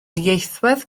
ieithwedd